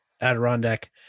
Adirondack